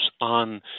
on